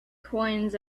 coins